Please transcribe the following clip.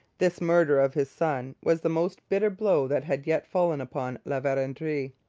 this murder of his son was the most bitter blow that had yet fallen upon la verendrye.